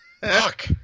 fuck